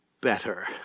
better